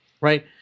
Right